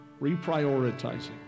reprioritizing